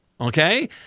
Okay